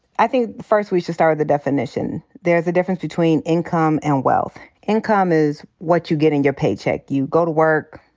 i think first we should start with a definition. there's a difference between income and wealth. income is what you get in your paycheck. you go to work,